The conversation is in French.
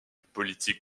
politique